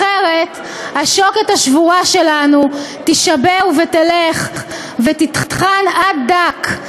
אחרת השוקת השבורה שלנו תישבר ותלך ותיטחן עד דק,